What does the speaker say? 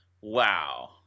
Wow